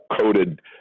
coated